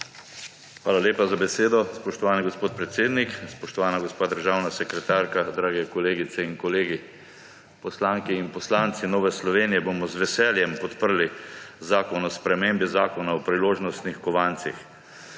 Hvala lepa za besedo, spoštovani gospod predsednik. Spoštovana gospa državna sekretarka, drage kolegice in kolegi! Poslanke in poslanci Nove Slovenije bomo z veseljem podprli zakon o spremembi Zakona o priložnostnih kovancih.